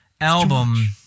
album